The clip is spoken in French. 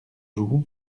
joue